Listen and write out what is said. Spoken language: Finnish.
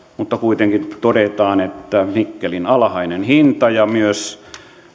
mutta kuitenkin todetaan että nikkelin alhainen hinta ja myös